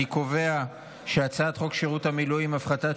אני קובע שהצעת חוק שירות המילואים (תיקון, הפחתת